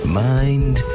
mind